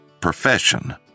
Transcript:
profession